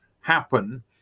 happen